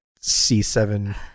c7